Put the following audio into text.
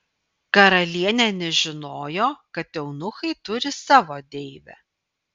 karalienė nežinojo kad eunuchai turi savo deivę